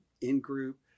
in-group